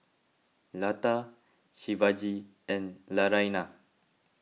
Lata Shivaji and Naraina